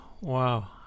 wow